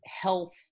health